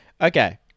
Okay